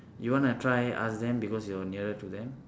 you want to try ask them because you're nearer to them